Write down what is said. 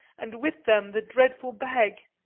and with them the dreadful bag.